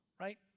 right